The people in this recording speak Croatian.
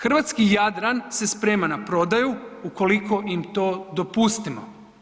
Hrvatski Jadran se sprema na prodaju ukoliko im to dopustimo.